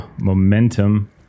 momentum